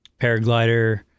paraglider